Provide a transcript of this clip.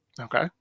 Okay